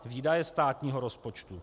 Výdaje státního rozpočtu.